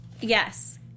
Yes